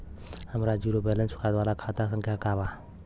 हमार zero balance वाला खाता संख्या वतावा?